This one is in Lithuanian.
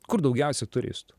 kur daugiausia turistų